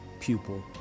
pupil